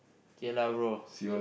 okay lah bro